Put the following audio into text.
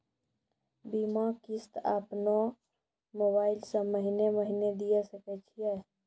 बीमा किस्त अपनो मोबाइल से महीने महीने दिए सकय छियै?